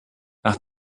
nach